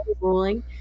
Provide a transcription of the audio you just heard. ruling